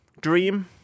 dream